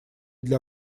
для